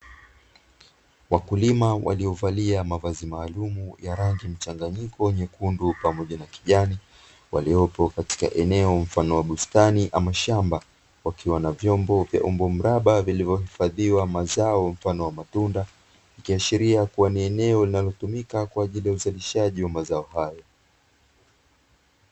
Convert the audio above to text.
Wakulima waliovalia mavazi maalumu, ya rangi mchanganiko; nyekundu pamoja na kijani, waliopo katika eneo mfano wa bustani ama shamba, wakiwa na vyombo vya umbo mraba vilivyohifadhiwa mazao mfano wa matunda, ikiashiria kuwa ni eneo linalotumika kwa ajili ya uzalishaji wa mazao hayo.